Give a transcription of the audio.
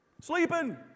Sleeping